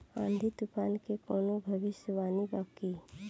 आँधी तूफान के कवनों भविष्य वानी बा की?